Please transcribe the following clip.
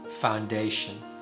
foundation